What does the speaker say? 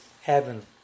heaven